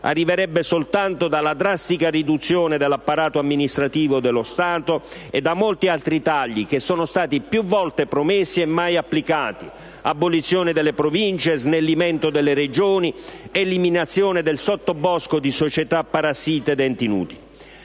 arriverebbe soltanto dalla drastica riduzione dell'apparato amministrativo dello Stato e da molti altri tagli, più volte promessi e mai applicati: abolizione delle Province, snellimento delle Regioni, eliminazione del sottobosco di società parassite ed enti inutili.